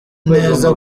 neza